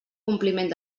compliment